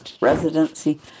residency